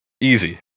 Easy